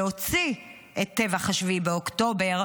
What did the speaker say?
להוציא את טבח 7 באוקטובר,